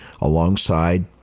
alongside